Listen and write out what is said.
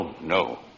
no